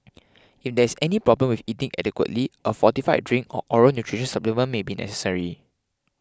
if there is any problem with eating adequately a fortified drink or oral nutrition supplement may be necessary